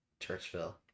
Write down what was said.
Churchville